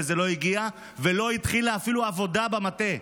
וזה לא הגיע, ולא התחילה אפילו עבודה במטה,